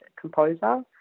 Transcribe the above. composer